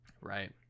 Right